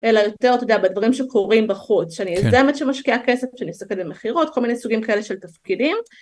אלא יותר, אתה יודע, בדברים שקורים בחוץ, שאני יוזמת שמשקיעה כסף, שאני מסתכלת במכירות, כל מיני סוגים כאלה של תפקידים.